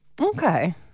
Okay